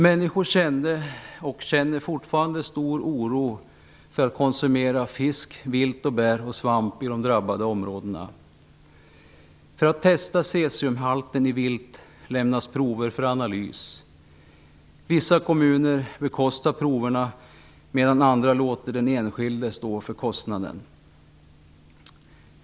Människor kände och känner fortfarande stor oro för att konsumera fisk, vilt, bär och svamp i de drabbade områdena. För att testa cesiumhalten i vilt lämnas prover för analys. Vissa kommuner bekostar proverna, medan andra låter den enskilde stå för kostnaden.